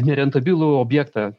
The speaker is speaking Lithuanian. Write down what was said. nerentabilų objektą